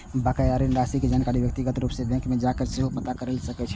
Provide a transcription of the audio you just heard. बकाया ऋण राशि के जानकारी व्यक्तिगत रूप सं बैंक मे जाके सेहो पता कैल जा सकैए